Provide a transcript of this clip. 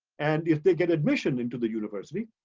and if they get admission into the university,